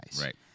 Right